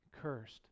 cursed